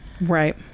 Right